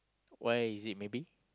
why is it maybe